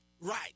right